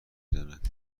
زند